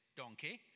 donkey